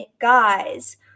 guys